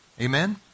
Amen